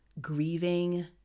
grieving